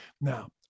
now